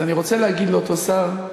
אז אני רוצה להגיד לאותו שר: